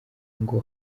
ngo